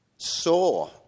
saw